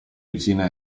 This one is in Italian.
vicina